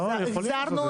לא, יכולים לעשות.